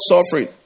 suffering